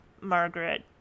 Margaret